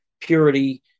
purity